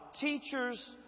teachers